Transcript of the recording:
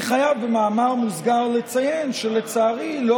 אני חייב במאמר מוסגר לציין שלצערי לא